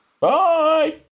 Bye